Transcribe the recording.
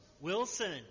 Wilson